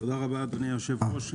תודה רבה, אדוני היושב-ראש.